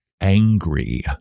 angry